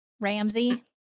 Ramsey